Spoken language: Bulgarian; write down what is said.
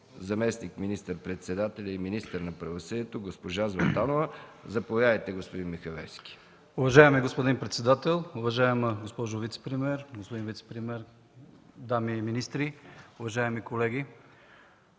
заместник министър-председателя и министър на правосъдието госпожа Златанова. Заповядайте, господин Михалевски. ДИМЧО МИХАЛЕВСКИ (КБ): Уважаеми господин председател, уважаема госпожо вицепремиер, господин вицепремиер, дами министри, уважаеми колеги!